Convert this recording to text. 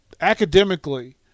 academically